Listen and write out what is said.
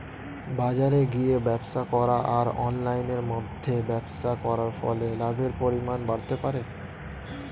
বাজারে গিয়ে ব্যবসা করা আর অনলাইনের মধ্যে ব্যবসা করার ফলে লাভের পরিমাণ বাড়তে পারে?